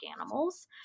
animals